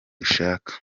dushaka